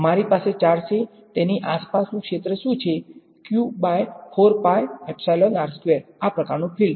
મારો પાસે ચાર્જ છે તેની આસપાસનું ક્ષેત્ર શું છે આ પ્રકારનુ ફિલ્ડ